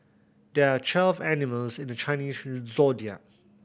there are twelve animals in the Chinese Zodiac